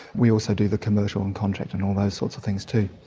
we also do the commercial and contract and all those sorts of things too.